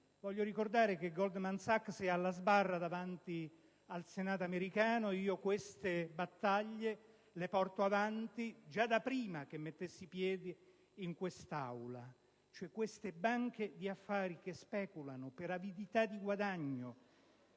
Voglio ricordare che Goldman Sachs è alla sbarra davanti al Senato americano e che queste battaglie le porto avanti già da prima che mettessi piede in quest'Aula, combattendo queste banche di affari che speculano per avidità di guadagno,